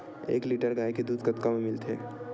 एक लीटर गाय के दुध कतका म मिलथे?